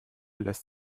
lässt